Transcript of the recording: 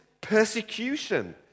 persecution